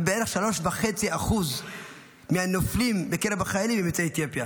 ובערך 3.5% מהנופלים בקרב החיילים הם יוצאי אתיופיה.